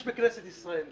יש בכנסת ישראל.